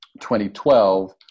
2012